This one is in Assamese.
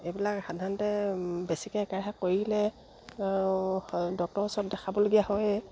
এইবিলাক সাধাৰণতে বেছিকৈ একেৰাহে কৰিলে ডক্টৰৰ ওচৰত দেখাবলগীয়া হয়ে